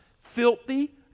filthy